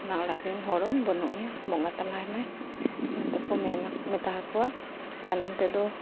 ᱚᱱᱟ ᱚᱲᱟᱜ ᱨᱮᱱ ᱦᱚᱲ ᱵᱟᱹᱱᱩᱜᱮᱭᱟ ᱵᱚᱸᱜᱟ ᱛᱟᱞᱟᱭᱮᱱᱟᱭ ᱢᱮᱱᱛᱮᱠᱚ ᱢᱮᱱᱟ ᱢᱮᱛᱟ ᱠᱚᱣᱟ ᱛᱟᱭᱱᱚᱢ ᱛᱮᱫᱚ